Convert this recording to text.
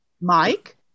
Mike